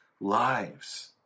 lives